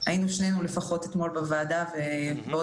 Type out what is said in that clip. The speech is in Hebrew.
שנינו לפחות היינו אתמול בוועדה ובעוד